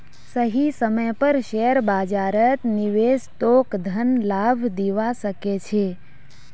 सही समय पर शेयर बाजारत निवेश तोक धन लाभ दिवा सके छे